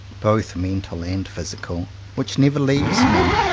both mental and physical, which never leaves me,